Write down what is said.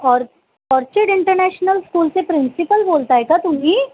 ऑ orchid international स्कूलचे principal बोलत आहे का तुम्ही